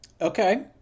Okay